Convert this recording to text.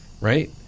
right